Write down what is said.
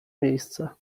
miejsce